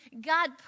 God